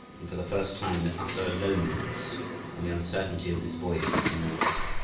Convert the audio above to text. and for the first time the utter loneliness and the uncertainty of this voyage came over him.